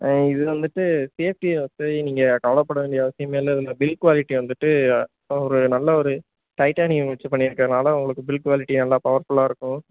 இதில் வந்துட்டு சேஃப்டியை பற்றி நீங்கள் கவலைப்பட வேண்டிய அவசியமே இல்லை இதில் பில் குவாலிட்டி வந்துட்டு ஒரு நல்ல ஒரு டைட்டானியம் வச்சு பண்ணியிருக்கறனால உங்களுக்கு பில் குவாலிட்டி நல்லா பவர்ஃபுல்லாக இருக்கும்